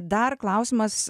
dar klausimas